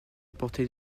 portée